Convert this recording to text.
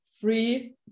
free